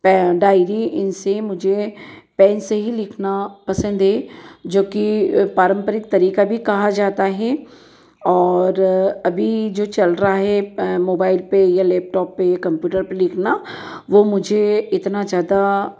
pen diary इनसे मुझे pen से ही लिखना पसंद है जो कि पारम्परिक तरीका भी कहा जाता है और अभी जो चल रहा है मोबाइल पर या लैपटॉप पर कंप्यूटर पर लिखना वो मुझे इतना ज्यादा